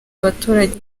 abaturage